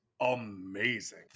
amazing